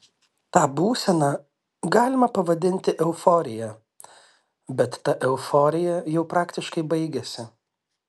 tą būseną galima pavadinti euforija bet ta euforija jau praktiškai baigėsi